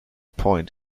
point